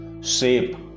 shape